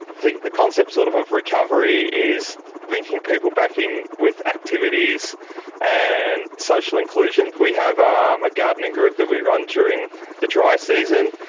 the the concept sort of of recovery is linking people back in with activities and social inclusion. we have um a gardening group that we run during the dry season.